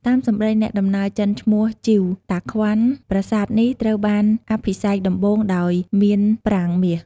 តាមសម្ដីអ្នកដំណើរចិនឈ្មោះ ជីវ តាក្វាន់ ប្រាសាទនេះត្រូវបានអភិសេកដំបូងដោយមានប្រាង្គមាស។